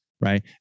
right